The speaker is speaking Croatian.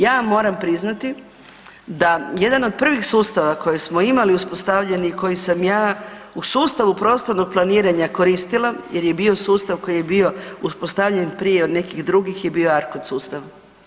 Ja moram priznati da jedan od prvih sustava koje smo imali uspostavljeni, koji sam ja u sustavu prostornog planiranja koristila, jer je bio sustav koji je bio uspostavljen od prije, od nekih drugih je bio ARCOD sustav.